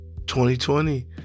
2020